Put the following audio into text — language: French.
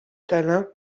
tallinn